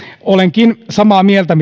olenkin samaa mieltä